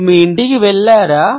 మీరు మీ ఇంటికి వెళ్లారా